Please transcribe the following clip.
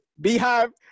Beehive